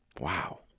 Wow